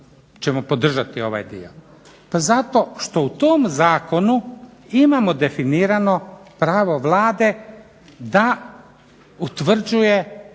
ćemo podržati ovaj dio. Pa zato što u tom Zakonu imamo definirano pravo vlade da utvrđuje